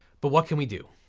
but what can we do?